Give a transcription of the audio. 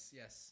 yes